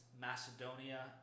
Macedonia